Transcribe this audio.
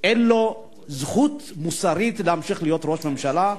אין לו זכות מוסרית להמשיך להיות ראש ממשלה.